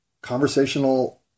conversational